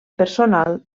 personal